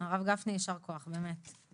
הרב גפני ישר כוח, באמת.